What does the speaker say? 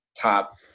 top